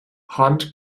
hunt